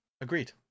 Agreed